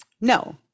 no